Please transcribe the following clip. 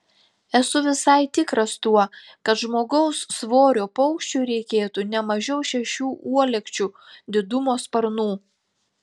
esu visai tikras tuo kad žmogaus svorio paukščiui reikėtų ne mažiau šešių uolekčių didumo sparnų